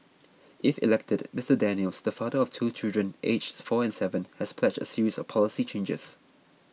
if elected Mr Daniels the father of two children aged four and seven has pledged a series of policy changes